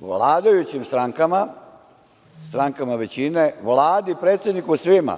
vladajući strankama, strankama većine, Vladi, predsedniku, svima,